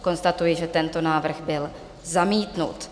Konstatuji, že tento návrh byl zamítnut.